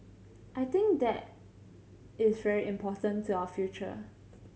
I think that is very important to our future